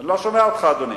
אני לא שומע אותך, אדוני.